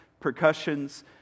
percussions